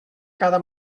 cada